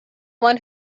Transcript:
one